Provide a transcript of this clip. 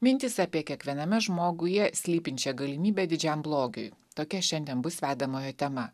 mintys apie kiekviename žmoguje slypinčią galimybę didžiam blogiui tokia šiandien bus vedamojo tema